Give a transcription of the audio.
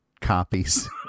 copies